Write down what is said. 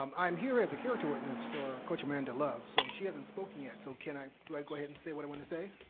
um i am here as a character witness for coach amanda love. so she has and spoken yet, so do i like go ahead and say what i wanna say?